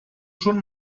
schon